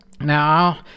Now